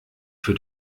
für